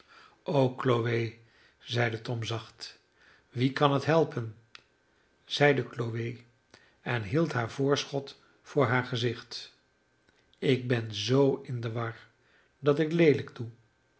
o chloe zeide tom zacht wie kan het helpen zeide chloe en hield haar voorschoot voor haar gezicht ik ben zoo in de war dat ik leelijk doe